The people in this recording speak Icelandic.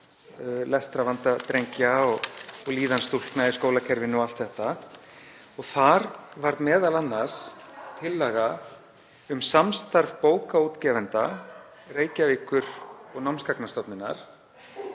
lestrarvanda drengja, líðan stúlkna í skólakerfinu og allt þetta. Þar var m.a. tillaga um samstarf bókaútgefenda, Reykjavíkur og Námsgagnastofnunar